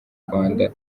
rwanda